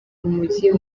umujyi